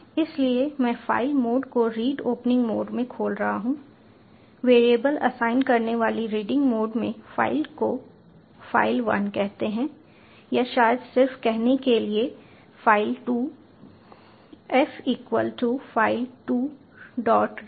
इसलिए मैं file mode को रीड ओपनिंग मोड में खोल रहा हूं वेरिएबल असाइन करने वाली रीडिंग मोड में फाइल को फाइल 1 कहते हैं या शायद सिर्फ कहने के लिए file 2 f equal to file 2 dot read